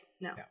no